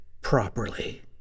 properly